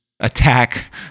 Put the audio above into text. attack